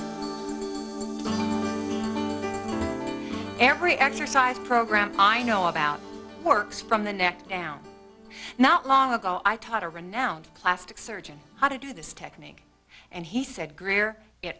so every exercise program i know about works from the neck down not long ago i taught a renowned plastic surgeon how to do this technique and he said greer it